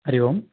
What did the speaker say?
हरिः ओम्